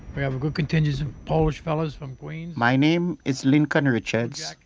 we have a good contingent of polish fellows from queens my name is lincoln richards.